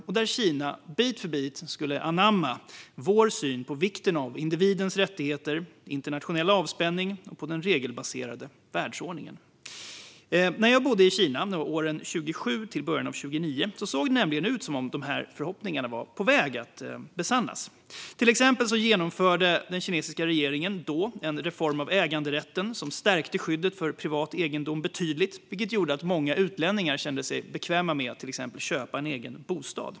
Kina skulle bit för bit anamma vår syn på vikten av individens rättigheter, internationell avspänning och den regelbaserade världsordningen. När jag bodde i Kina, 2007 till början av 2009, såg det ut som att de förhoppningarna var på väg att besannas. Till exempel genomförde den kinesiska regeringen då en reform av äganderätten som stärkte skyddet för privat egendom betydligt. Det gjorde att många utlänningar kände sig bekväma med att till exempel köpa sin egen bostad.